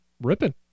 ripping